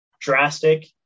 drastic